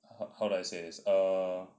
how do I say this err